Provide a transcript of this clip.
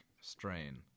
strain